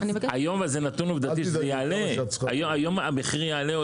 היום זה נתון עובדתי שהמחיר יעלה,